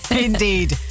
indeed